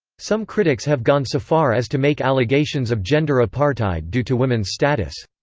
some critics have gone so far as to make allegations of gender apartheid due to women's status.